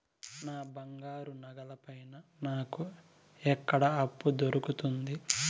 నా బంగారు నగల పైన నాకు ఎక్కడ అప్పు దొరుకుతుంది